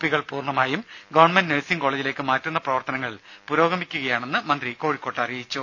പികൾ പൂർണമായും government nursing കോളേജിലേക്ക് മാറ്റുന്ന പ്രവർത്തനങ്ങൾ പുരോഗമിക്കുകയാണെന്ന് മന്ത്രി കോഴിക്കോട്ട് അറിയിച്ചു